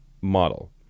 model